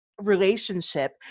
relationship